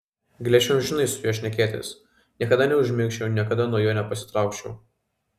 galėčiau amžinai su juo šnekėtis niekada neužmigčiau niekada nuo jo nepasitraukčiau